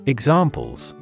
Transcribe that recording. Examples